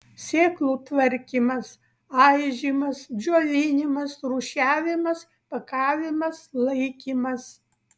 sėklų tvarkymas aižymas džiovinimas rūšiavimas pakavimas laikymas